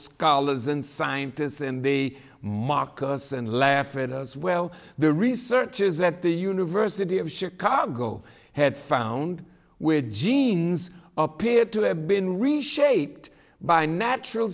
scholars and scientists and the markers and laugh at us well the research is that the university of chicago had found with genes appear to have been reshaped by natural